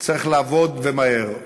צריך לעבוד, ומהר.